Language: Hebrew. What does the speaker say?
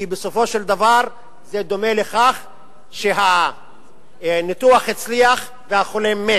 כי בסופו של דבר זה דומה לכך שהניתוח הצליח והחולה מת.